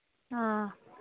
ꯑꯥ